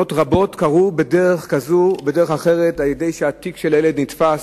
תאונות רבות קרו בדרך זו או אחרת: כשהתיק של הילד נתפס,